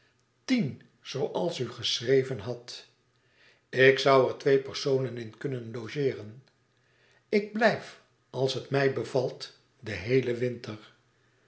tien zooals u geschreven had ik zoû er twee personen in kunnen logeeren ik blijf als het mij bevalt den heelen winter